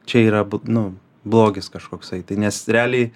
čia yra nu blogis kažkoksai tai nes realiai